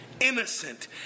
innocent